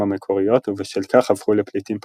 המקוריות ובשל כך הפכו לפליטים פלסטינים.